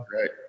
right